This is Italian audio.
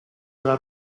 della